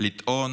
לטעון